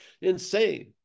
insane